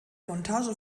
montage